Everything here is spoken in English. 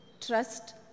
trust